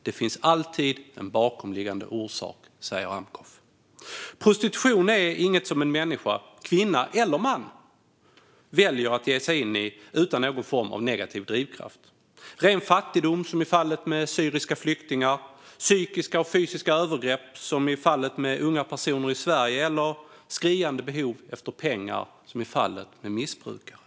Det finns alltid en bakomliggande orsak, säger Amcoff. Prostitution är inget som en människa - kvinna eller man - väljer att ge sig in i utan någon form av negativ drivkraft: ren fattigdom som i fallet med syriska flyktingar, psykiska och fysiska övergrepp som i fallet med unga personer i Sverige eller skriande behov av pengar som i fallet med missbrukare.